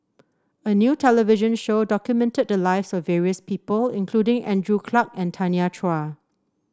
a new television show documented the lives of various people including Andrew Clarke and Tanya Chua